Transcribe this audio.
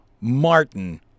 Martin